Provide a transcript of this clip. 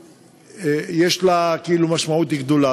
יש לה כאילו משמעות גדולה.